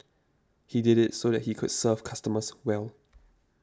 he did it so that he could serve customers well